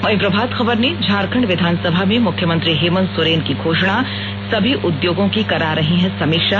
वहीं प्रभात खबर ने झारखंड विधानसभा में मुख्यमंत्री हेमंत सोरेन की घोषणा सभी उद्योगों की करा रहे हैं समीक्षा